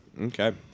okay